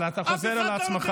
אבל אתה חוזר על עצמך.